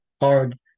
hard